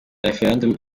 referendum